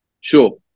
Sure